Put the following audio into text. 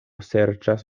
serĉas